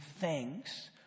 thanks